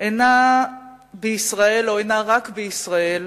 אינה רק בישראל,